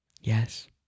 Yes